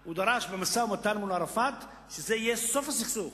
הוא דרש במשא-ומתן מול ערפאת שזה יהיה סוף הסכסוך.